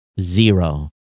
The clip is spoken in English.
zero